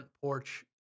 porch